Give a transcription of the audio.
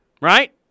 Right